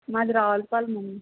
మాది రావులపాలెం అండి